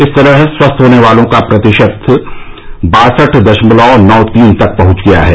इस तरह स्वस्थ होने वालों का प्रतिशत बासठ दशमलव नौ तीन तक पहुंच गया है